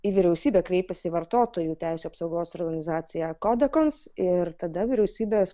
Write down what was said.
į vyriausybę kreipėsi vartotojų teisių apsaugos organizaciją kodakons ir tada vyriausybė